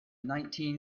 nineteen